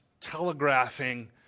telegraphing